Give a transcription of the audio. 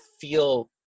feel